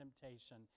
temptation